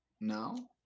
No